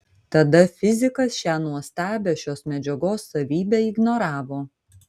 tada fizikas šią nuostabią šios medžiagos savybę ignoravo